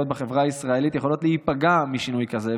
בחברה הישראלית יכולות להיפגע משינוי כזה,